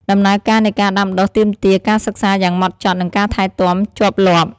ដំណើរការនៃការដាំដុះទាមទារការសិក្សាយ៉ាងហ្មត់ចត់ និងការថែទាំជាប់លាប់។